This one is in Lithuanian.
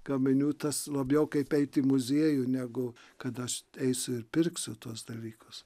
gaminių tas labiau kaip eiti į muziejų negu kada aš eisiu ir pirksiu tuos dalykus